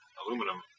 aluminum